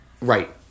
Right